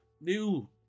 new